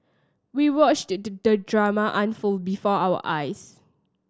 we watched the drama unfold before our eyes